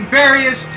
various